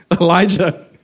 Elijah